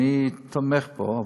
ואני תומך בו,